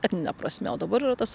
etnine prasme o dabar yra tas